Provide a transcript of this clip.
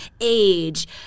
Age